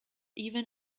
even